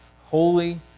holy